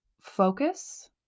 focus